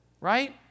Right